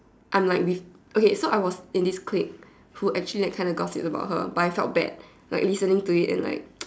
I'm like with okay so I was in this clique so actually like kind of gossips about her but I felt bad like listening to it and like